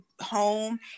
home